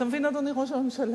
אתה מבין, אדוני ראש הממשלה?